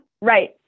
Right